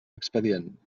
expedient